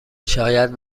شاید